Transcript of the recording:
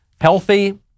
healthy